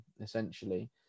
essentially